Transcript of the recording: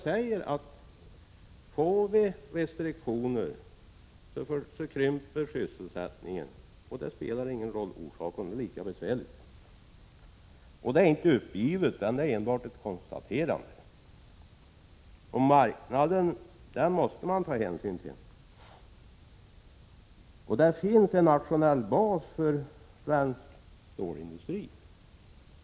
Får vi restriktioner, så krymper sysselsättningen, och det spelar ingen roll vad orsaken är, det är lika besvärligt. Detta innebär inte uppgivenhet utan är enbart ett konstaterande. Marknaden måste man ta hänsyn till. Det finns en nationell bas för svensk stålindustri.